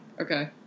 Okay